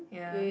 yeah